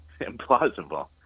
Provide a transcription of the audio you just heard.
implausible